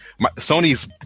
Sony's